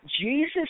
Jesus